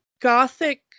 gothic